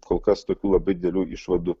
kol kas tokių labai didelių išvadų